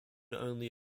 only